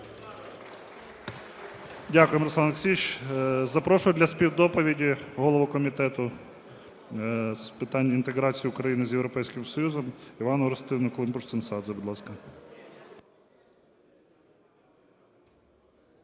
Дякуємо, Руслан Олексійович. Запрошую для співдоповіді голову Комітету з питань інтеграції України з Європейським Союзом Іванну Орестівну Климпуш-Цинцадзе,